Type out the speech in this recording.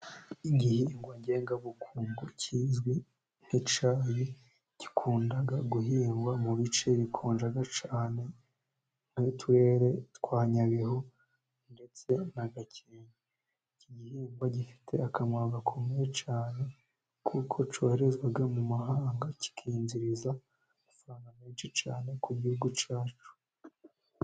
Igihingwa ngengabukungu kizwi nk'icyayi, gikunda guhingwa mu bice bikonja cyane, nk'uturere twa Nyabihu ndetse na Gakenke. Iki gihingwa gifite akamaro gakomeye cyane, kuko cyoherezwa mu mahanga, kikinjiza amafaranga menshi cyane ku gihugu cyacu.